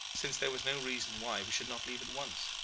since there was no reason why we should not leave at once.